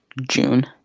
June